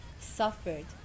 suffered